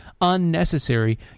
unnecessary